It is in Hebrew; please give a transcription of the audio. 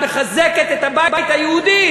את מחזקת את הבית היהודי.